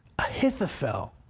Ahithophel